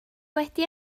wedi